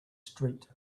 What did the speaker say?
street